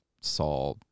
saw